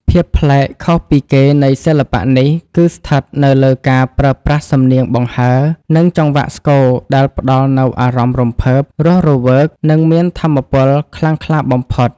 ភាពប្លែកខុសពីគេនៃសិល្បៈនេះ គឺស្ថិតនៅលើការប្រើប្រាស់សំនៀងបង្ហើរ និងចង្វាក់ស្គរដែលផ្តល់នូវអារម្មណ៍រំភើប រស់រវើក និងមានថាមពលខ្លាំងក្លាបំផុត។